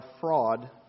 fraud